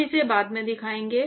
हम इसे बाद में दिखाएंगे